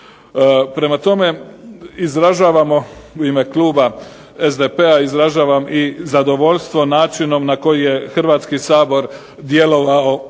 Prema tome, izražavamo u ime kluba SDP-a izražavam i zadovoljstvo načinom na koji je Hrvatski sabor djelovao